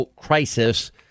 crisis